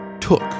took